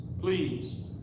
Please